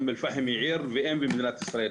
אום אל פחם היא עיר ואם במדינת ישראל,